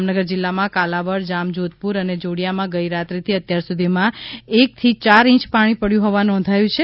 જામનગર જિલ્લામાં કાલાવાડ જામ જોધપુર અને જોડિયામાં ગઈરાત્રિથી અત્યાર સુધી માં એકથી યાર ઇંચ પાણી પડ્યું હોવાનુ નોંધાયું છે